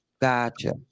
Gotcha